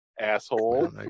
asshole